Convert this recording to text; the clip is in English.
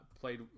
played